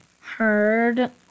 heard